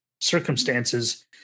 circumstances